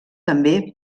també